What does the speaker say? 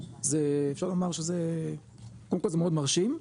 אפשר לומר שזה קודם כל זה מאוד מרשים,